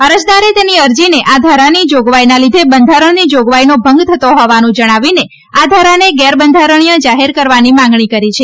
અરજદારે તેની અરજીને આ ધારાની જોગવાઈના લીયે બંધારણની જોગવાઈનો ભંગ થતો હોવાનું જણાવીને આ ધારાને ગેરબંધારણીય જાહેર કરવાની માંગણી કરી છે